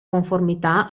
conformità